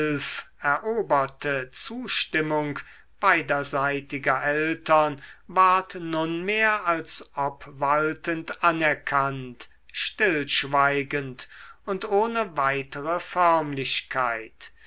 eroberte zustimmung beiderseitiger eltern ward nunmehr als obwaltend anerkannt stillschweigend und ohne weitere förmlichkeit